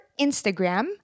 Instagram